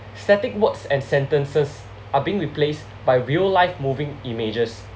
static words and sentences are being replaced by real life moving images